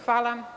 Hvala.